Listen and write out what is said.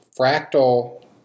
fractal